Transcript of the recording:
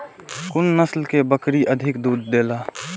कुन नस्ल के बकरी अधिक दूध देला?